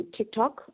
TikTok